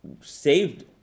saved